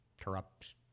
corrupt